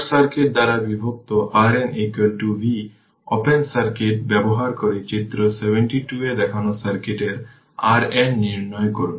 short circuit দ্বারা বিভক্ত RN v open circuit ব্যবহার করে চিত্র 72 এ দেখানো সার্কিটের RN নির্ণয় করুন